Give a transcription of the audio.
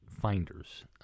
finders